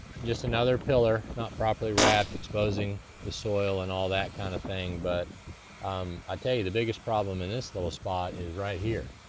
just another pillar not properly wrapped exposing the soil and all that kind of thing, but i tell ya, the biggest problem in this little spot is right here.